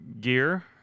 gear